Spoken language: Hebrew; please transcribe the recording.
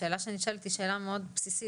השאלה שאני שואלת היא מאוד בסיסית.